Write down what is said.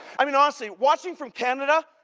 i mean, honestly, watching from canada,